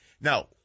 Now